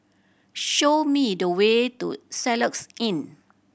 show me the way to Soluxe Inn